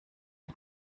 ein